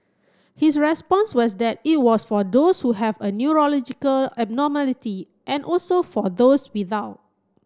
his response was that it was for those who have a neurological abnormality and also for those without